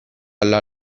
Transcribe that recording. alla